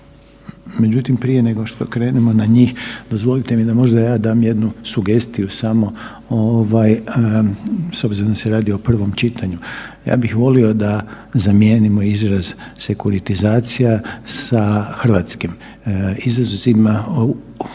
Međutim prije nego što krenemo na njih dozvolite mi da možda ja dam jednu sugestiju samo ovaj s obzirom da se radi o provom čitanju, ja bih volio da zamijenimo izraz sekuratizacija sa hrvatskim izrazima. Svjestan